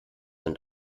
und